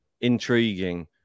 intriguing